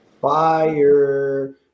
Fire